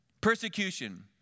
Persecution